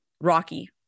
rocky